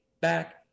back